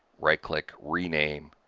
right-click, rename,